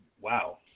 wow